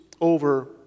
over